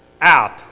out